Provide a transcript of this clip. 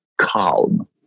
calm